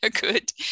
Good